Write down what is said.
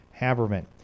Haberman